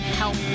help